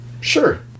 Sure